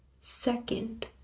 second